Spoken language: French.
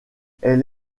elle